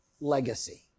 legacy